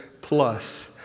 plus